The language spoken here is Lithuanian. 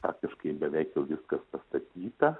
faktiškai beveik jau viskas pastatyta